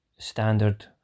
Standard